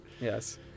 Yes